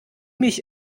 mich